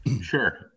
Sure